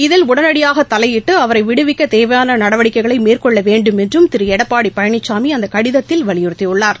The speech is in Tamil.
இதில் உடனடியாகதலையிட்டு அவரைவிடுவிக்கதேவையானநடவடிக்கைகளைமேற்கொள்ளவேண்டுமென்றும் திருஎடப்பாடிபழனிசாமிஅந்தகடிதத்தில் வலியுறுத்தியுள்ளார்